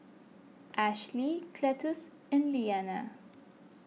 Ashely Cletus and Leana